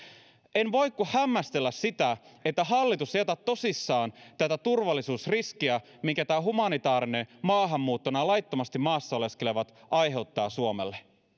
en voi kuin hämmästellä sitä että hallitus ei ota tosissaan tätä turvallisuusriskiä minkä tämä humanitaarinen maahanmuutto ja nämä laittomasti maassa oleskelevat aiheuttavat suomelle